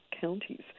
counties